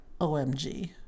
OMG